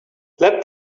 let